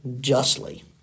justly